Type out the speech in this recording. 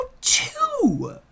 two